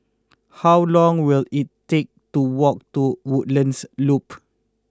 how long will it take to walk to Woodlands Loop